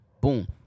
boom